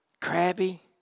crabby